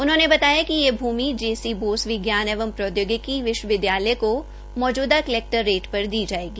उन्होंने बताया कि यह भूमि जेसी बोस विज्ञान एवं प्रौदयोगिकी विश्वविदयालय को मौजूदा कलैक्टर रेट पर दी जाएगी